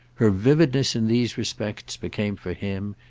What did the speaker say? her vividness in these respects became for him,